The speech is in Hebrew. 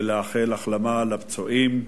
ולאחל החלמה לפצועים.